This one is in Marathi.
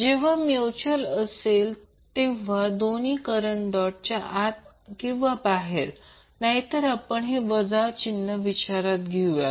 जेव्हा म्युच्युअल असेल तेव्हा दोन्ही करंट डॉटच्या आत किंवा बाहेर नाहीतर आपण हे वजा विचारात घेऊ या